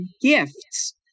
gifts